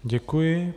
Děkuji.